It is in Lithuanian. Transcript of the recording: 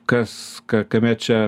kas kame čia